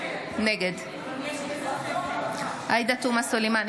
נגד עאידה תומא סלימאן,